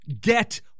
Get